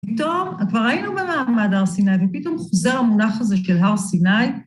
פתאום, כבר היינו במעמד הר סיני, ופתאום חוזר המונח הזה של הר סיני.